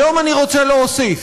היום אני רוצה להוסיף: